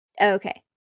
Okay